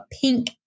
pink